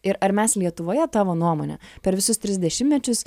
ir ar mes lietuvoje tavo nuomone per visus tris dešimtmečius